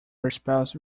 respawns